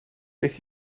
beth